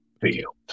field